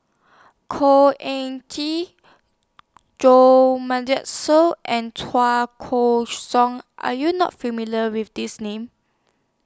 Khor Ean Ghee Jo Marion Seow and Chua Koon Siong Are YOU not familiar with These Names